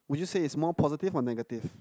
would you say it's more positive or negative